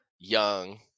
Young